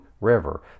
River